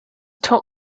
top